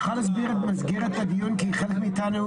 תוכל להסביר את מסגרת הדיון כי חלק מאיתנו,